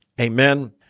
Amen